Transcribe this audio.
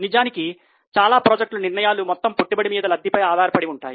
నిజానికి చాలా ప్రాజెక్టులు నిర్ణయాలు మొత్తము పెట్టుబడి మీద లబ్ధి పై ఆధారపడి ఉంటాయి